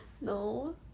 No